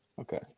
Okay